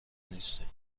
نیستین